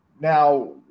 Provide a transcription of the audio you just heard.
Now